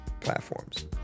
platforms